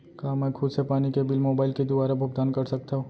का मैं खुद से पानी के बिल मोबाईल के दुवारा भुगतान कर सकथव?